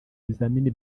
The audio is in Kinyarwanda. bizamini